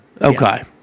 Okay